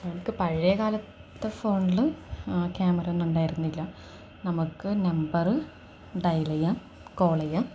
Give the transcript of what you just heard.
നമുക്ക് പഴയ കാലത്തെ ഫോണിൽ ക്യാമറ ഒന്നും ഉണ്ടായിരുന്നില്ല നമുക്ക് നമ്പറ് ഡയൽ ചെയ്യാം കോൾ ചെയ്യാം